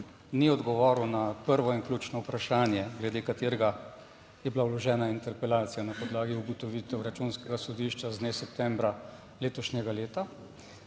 ni odgovoril na prvo in ključno vprašanje glede katerega je bila vložena interpelacija na podlagi ugotovitev Računskega sodišča z dne septembra letošnjega leta,